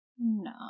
No